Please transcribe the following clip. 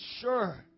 sure